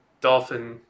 Dolphin